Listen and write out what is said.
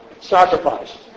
sacrifice